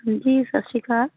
ਜੀ ਸਤਿ ਸ਼੍ਰੀ ਅਕਾਲ